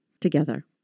together